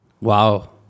Wow